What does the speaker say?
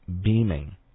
beaming